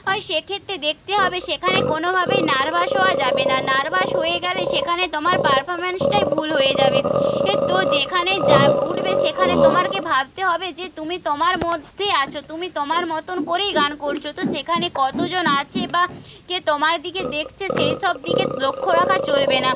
হয় সেক্ষেত্রে দেখতে হবে সেখানে কোনোভাবেই নার্ভাস হওয়া যাবে না নার্ভাস হয়ে গেলে সেখানে তোমার পারফরমেন্সটাই ভুল হয়ে যাবে তো যেখানে যা উঠবে সেখানে তোমাকে ভাবতে হবে যে তুমি তোমার মধ্যেই আছো তুমি তোমার মতোন করেই গান করছো তো সেখানে কতজন আছে বা কে তোমার দিকে দেখছে সেই সব দিকে লক্ষ্য রাখা চলবে না